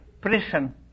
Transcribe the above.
prison